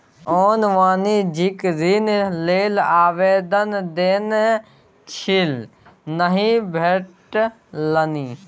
ओ वाणिज्यिक ऋण लेल आवेदन देने छल नहि भेटलनि